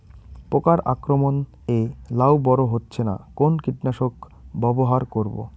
পোকার আক্রমণ এ লাউ বড় হচ্ছে না কোন কীটনাশক ব্যবহার করব?